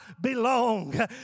belong